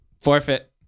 forfeit